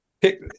pick